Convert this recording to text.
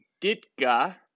Ditka